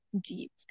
deep